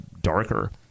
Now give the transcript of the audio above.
darker